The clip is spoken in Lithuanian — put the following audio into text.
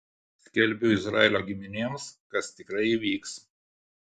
skelbiu izraelio giminėms kas tikrai įvyks